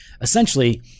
essentially